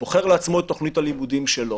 בוחר לעצמו את תכנית הלימודים שלו,